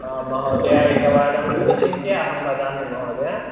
महोदय एकवारं विचिन्त्य अहं वदामि महोदय